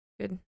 Good